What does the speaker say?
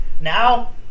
Now